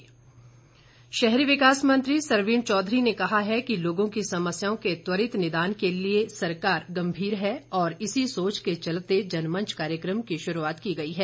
सरवीण शहरी विकास मंत्री सरवीण चौधरी ने कहा है कि लोगों की समस्याओं के त्वरित निदान के लिए गंभीर है और इसी सोच के चलते जनमंच कार्यक्रम की शुरूआत की गई है